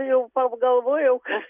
jau pagalvojau kad